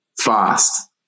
fast